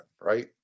right